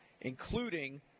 Including